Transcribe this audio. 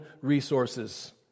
resources